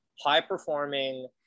high-performing